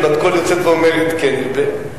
ובת קול יוצאת ואומרת: כן ירבה,